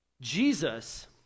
Jesus